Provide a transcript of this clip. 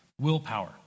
willpower